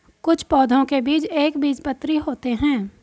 कुछ पौधों के बीज एक बीजपत्री होते है